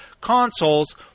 consoles